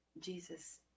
Jesus